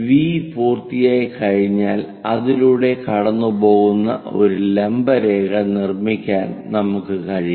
V പൂർത്തിയാക്കിക്കഴിഞ്ഞാൽ അതിലൂടെ കടന്നുപോകുന്ന ഒരു ലംബ രേഖ നിർമ്മിക്കാൻ നമുക്ക് കഴിയും